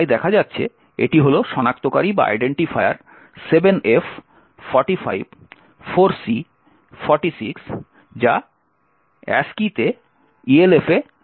তাই দেখা যাচ্ছে এটি হল শনাক্তকারী 7f 45 4c 46 যা ASCII তে elf এ রূপান্তরিত হয়